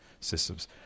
systems